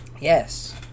Yes